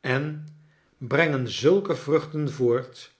en brengen zulke vruchten voort